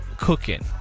cooking